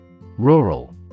Rural